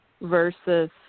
versus